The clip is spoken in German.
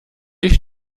ich